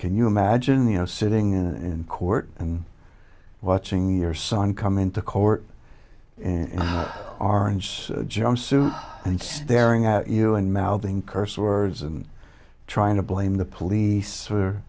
can you imagine the you know sitting in court and watching your son come into court and orange jumpsuit and staring at you and mouthing curse words and trying to blame the police for